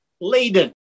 laden